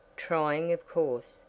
trying of course,